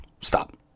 stop